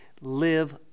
Live